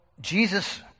Jesus